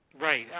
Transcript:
Right